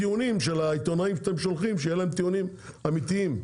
העיתונאים שאתם שולחים שייתנו טיעונים אמיתיים,